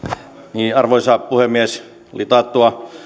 arvoisa puhemies oli taattua